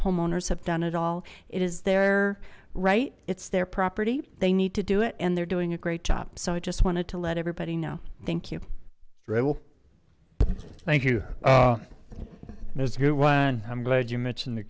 homeowners have done it all it is their right it's their property they need to do it and they're doing a great job so i just wanted to let everybody know thank you treville thank you there's good wine i'm glad you mentioned the